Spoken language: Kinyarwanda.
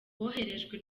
boherejwe